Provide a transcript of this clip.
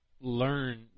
learn